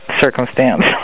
circumstance